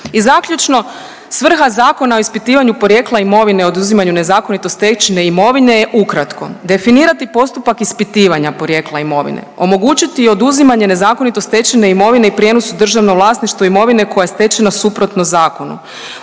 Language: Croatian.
I zaključno, svrha Zakona o ispitivanju porijekla imovine i oduzimanju nezakonito stečene imovine je ukratko, definirati postupak ispitivanja porijekla imovine, omogućiti oduzimanje nezakonito stečene imovine i prijenos u državno vlasništvo imovine koja je stečena suprotno zakonu,